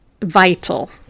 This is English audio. vital